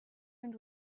owned